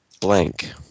Blank